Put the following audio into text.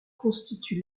constitue